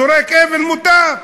זורק אבן, מותר.